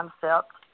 concept